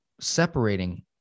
separating